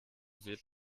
wird